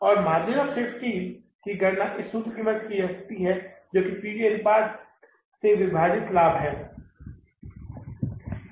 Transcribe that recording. और margin of safety की गणना इस सूत्र की मदद से की जा सकती है जो कि पी वी अनुपात से विभाजित लाभ है